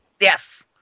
Yes